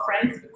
friends